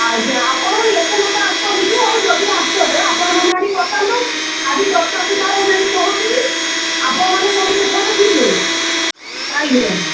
ଆଜ୍ଞା ଆପଣ ଏତେ ଲୋକ ଆସୁଛନ୍ତି କି ହଉ ଯଦି ଆସୁଛନ୍ତି ଆପଣମାନେ ଆଣି ବସାନ୍ତୁ ଆଜି ଦଶଟା ସୁଧା ମୁଁ ଯାଇଁ ପହଞ୍ଚିବି ଆପଣମାନେ ସବୁ ସେଠାରେ ଥିବେ ଆଜ୍ଞା